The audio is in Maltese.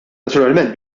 naturalment